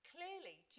Clearly